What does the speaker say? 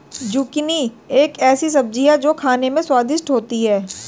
zucchini एक ऐसी सब्जी है जो खाने में स्वादिष्ट होती है